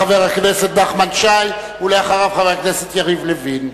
חבר הכנסת נחמן שי, ואחריו, חבר הכנסת יריב לוין,